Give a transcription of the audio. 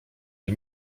nie